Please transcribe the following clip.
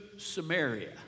Samaria